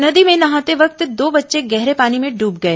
नदी में नहाते वक्त दो बच्चे गहरे पानी में ड्रब गए